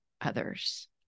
others